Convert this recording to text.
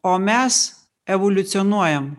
o mes evoliucionuojam